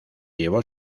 llevó